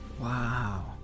Wow